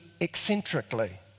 eccentrically